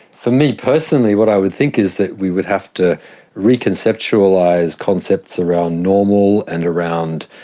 for me personally what i would think is that we would have to reconceptualise like concepts around normal and around